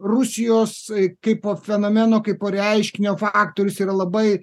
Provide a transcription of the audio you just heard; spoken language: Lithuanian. rusijos kaipo fenomeno kaipo reiškinio faktorius yra labai